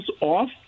off